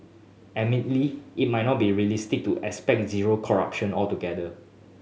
admittedly it might not be realistic to expect zero corruption altogether